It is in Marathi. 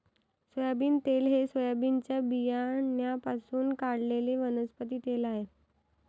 सोयाबीन तेल हे सोयाबीनच्या बियाण्यांपासून काढलेले वनस्पती तेल आहे